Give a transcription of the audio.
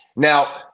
Now